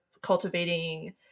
cultivating